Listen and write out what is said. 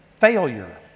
failure